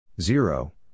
Zero